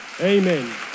amen